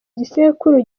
gisekuru